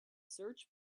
search